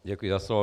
Děkuji za slovo.